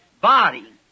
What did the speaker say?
body